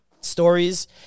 stories